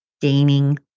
gaining